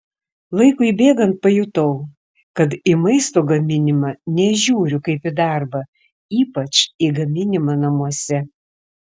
laikui bėgant pajutau kad į maisto gaminimą nežiūriu kaip į darbą ypač į gaminimą namuose